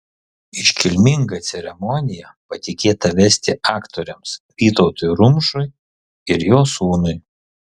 iškilmingą ceremoniją patikėta vesti aktoriams vytautui rumšui ir jo sūnui